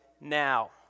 now